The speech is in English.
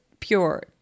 Pure